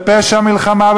זה פשע מלחמה,